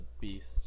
beast